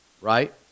right